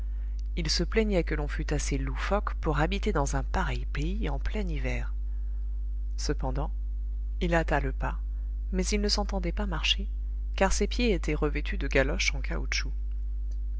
il se plaignait que l'on fût assez loufoque pour habiter dans un pareil pays en plein hiver cependant il hâta le pas mais il ne s'entendait pas marcher car ses pieds étaient revêtus de galoches en caoutchouc